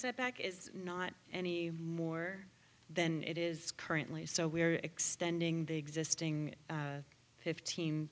set back is not any more than it is currently so we are extending the existing fifteen